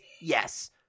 Yes